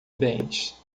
bens